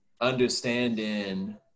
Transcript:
understanding